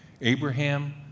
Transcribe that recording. Abraham